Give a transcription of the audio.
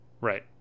right